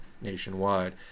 nationwide